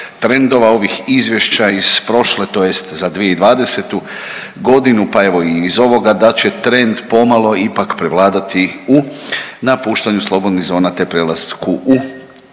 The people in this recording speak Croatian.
trendova ovih izvješća iz prošle tj. za 2020.g., pa evo i iz ovoga da će trend pomalo ipak prevladati u napuštanju slobodnih zona, te prelasku u